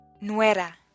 nuera